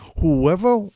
whoever